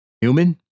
human